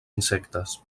insectes